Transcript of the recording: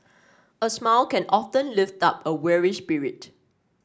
a smile can often lift up a weary spirit